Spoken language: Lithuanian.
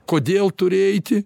kodėl turi eiti